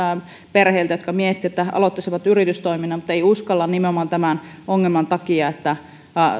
perheiltä jotka miettivät että aloittaisivat yritystoiminnan mutta eivät uskalla nimenomaan tämän ongelman takia että